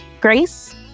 Grace